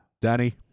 Danny